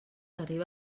arriba